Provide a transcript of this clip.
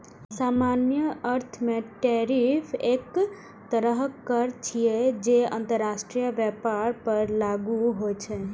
सामान्य अर्थ मे टैरिफ एक तरहक कर छियै, जे अंतरराष्ट्रीय व्यापार पर लागू होइ छै